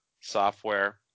software